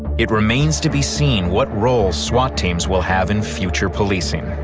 it remains to be seen what role swat teams will have in future policing.